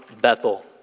Bethel